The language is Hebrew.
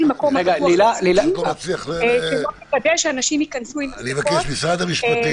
מקום --- שלא מוודא שאנשים ייכנסו עם מסכות,